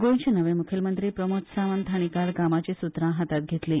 गोंयचे नवे मुख्यमंत्री प्रमोद सावंत हांणी काल कामाची सुत्रां हातांत घेतली